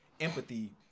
empathy